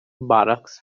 botox